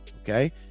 okay